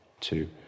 two